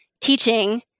teaching